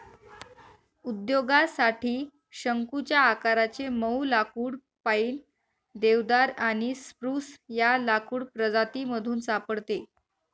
उद्योगासाठी शंकुच्या आकाराचे मऊ लाकुड पाईन, देवदार आणि स्प्रूस या लाकूड प्रजातीमधून सापडते